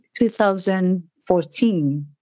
2014